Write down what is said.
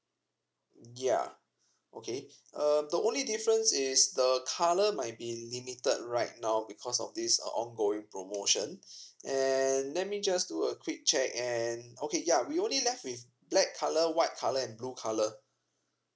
ya okay um the only difference is the colour might be limited right now because of this uh ongoing promotion and let me just do a quick check and okay ya we only left with black colour white colour and blue colour